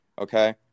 Okay